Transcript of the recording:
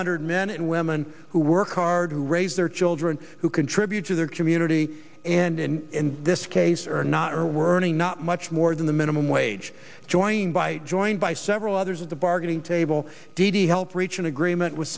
hundred men and women who work hard to raise their children who contribute to their community and in this case are not or were not much more than the minimum wage joined by joined by several others at the bargaining table d d help reach an agreement with